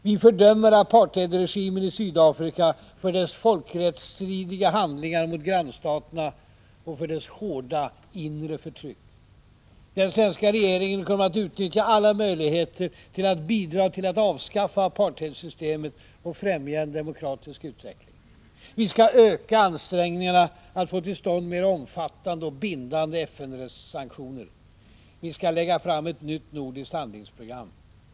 Vi fördömer apartheidregimen i Sydafrika för dess folkrättsstridiga handlingar mot grannstaterna och för dess hårda inre förtryck. Den svenska regeringen kommer att utnyttja alla möjligheter att bidra till att avskaffa apartheidsystemet och främja en demokratisk utveckling. Vi skall öka ansträngningarna att få till stånd mer omfattande och bindande FN sanktioner. Vi skall lägga fram ett nytt nordiskt handlingsprogram.